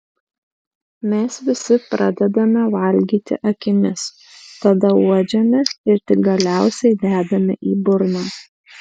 mes visi pradedame valgyti akimis tada uodžiame ir tik galiausiai dedame į burną